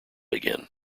again